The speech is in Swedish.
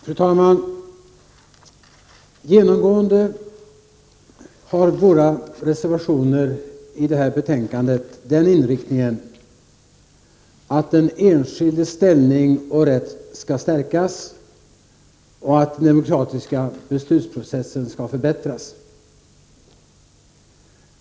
Fru talman! Genomgående för våra reservationer i det här betänkandet är inriktningen att den enskildes ställning och rätt skall stärkas och att den demokratiska beslutsprocessen skall förbättras.